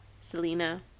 Selena